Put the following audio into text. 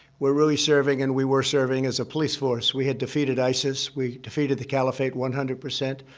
we're really serving and we were serving as a police force. we had defeated isis. we defeated the caliphate, one hundred percent.